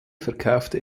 verkaufte